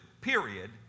period